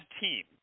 team